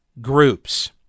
groups